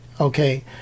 okay